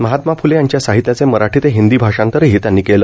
महात्मा फुले यांच्या साहित्याचे मराठी ते हिंदी भाषांतरही त्यांनी केले